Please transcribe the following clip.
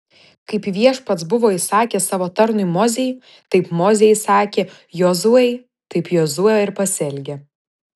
kaip viešpats buvo įsakęs savo tarnui mozei taip mozė įsakė jozuei taip jozuė ir pasielgė